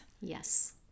Yes